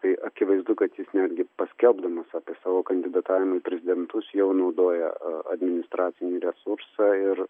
tai akivaizdu kad jis netgi paskelbdamas apie savo kandidatavimą į prezidentus jau naudoja a administracinį resursą ir